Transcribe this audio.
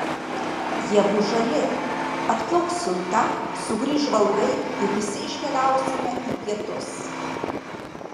jie bus žali atplauks siunta sugrįš žvalgai ir visi iškeliausime į pietus